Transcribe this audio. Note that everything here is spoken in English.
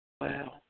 wow